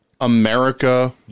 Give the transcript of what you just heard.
america